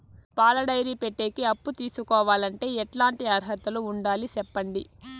పాల డైరీ పెట్టేకి అప్పు తీసుకోవాలంటే ఎట్లాంటి అర్హతలు ఉండాలి సెప్పండి?